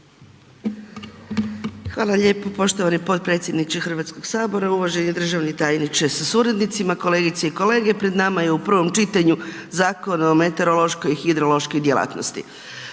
Hvala lijepo poštovani potpredsjedniče HS, uvaženi državni tajniče sa suradnicima, kolegice i kolege, pred nama je u prvom čitanju Zakon o meteorološkoj i hidrološkoj djelatnosti.